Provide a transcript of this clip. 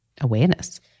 awareness